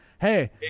hey